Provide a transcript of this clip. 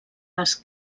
les